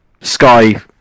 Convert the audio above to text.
Sky